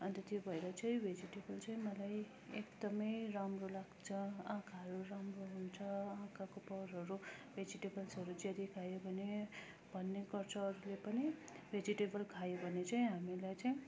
अन्त त्यो भएर चाहिँ भेजिटेबल चाहिँ मलाई एकदमै राम्रो लाग्छ आँखाहरू राम्रो हुन्छ आँखाको पावारहरू भेजिटेबल्सहरू ज्यादा खायो भने भन्ने गर्छ अरूले पनि भेजिटेबल खायो भने चाहिँ हामीहरूलाई चाहिँ